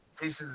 pieces